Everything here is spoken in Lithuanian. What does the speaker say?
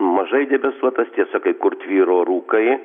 mažai debesuotas tiesa kai kur tvyro rūkai